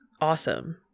awesome